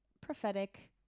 prophetic